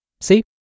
See